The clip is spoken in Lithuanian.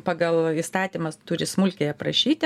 pagal įstatymą turi smulkiai aprašyti